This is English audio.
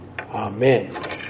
Amen